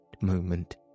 moment